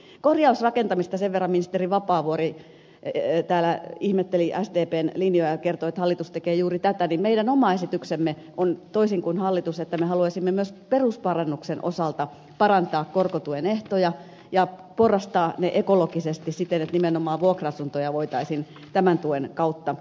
korjausrakentamisesta sen verran kun ministeri vapaavuori täällä ihmetteli sdpn linjoja ja kertoi että hallitus tekee juuri tätä että meidän oma esityksemme on toisin kuin hallituksen että me haluaisimme myös perusparannuksen osalta parantaa korkotuen ehtoja ja porrastaa ne ekologisesti siten että nimenomaan vuokra asuntoja voitaisiin tämän tuen kautta peruskorjata